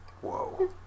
Whoa